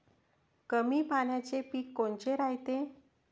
कमी पाण्याचे पीक कोनचे रायते?